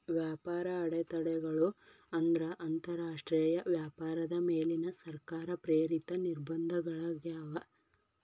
ವ್ಯಾಪಾರ ಅಡೆತಡೆಗಳು ಅಂದ್ರ ಅಂತರಾಷ್ಟ್ರೇಯ ವ್ಯಾಪಾರದ ಮೇಲಿನ ಸರ್ಕಾರ ಪ್ರೇರಿತ ನಿರ್ಬಂಧಗಳಾಗ್ಯಾವ